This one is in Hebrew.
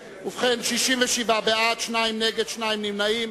ובכן, 67 בעד, שניים נגד, שניים נמנעים.